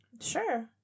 sure